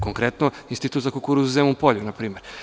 Konkretno, Institut za kukuruz Zemun Polje, na primer.